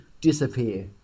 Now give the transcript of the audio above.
disappear